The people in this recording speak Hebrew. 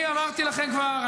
אני אמרתי לכם כבר,